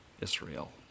Israel